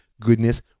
goodness